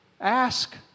ask